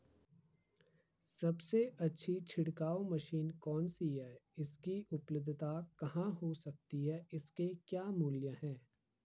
सबसे अच्छी छिड़काव मशीन कौन सी है इसकी उपलधता कहाँ हो सकती है इसके क्या मूल्य हैं?